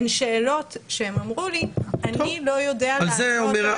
הן שאלות שהם אמרו לי: אני לא יודע לענות על השאלות האלה.